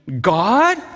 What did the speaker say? God